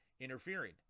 interfering